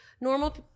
Normal